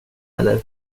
eller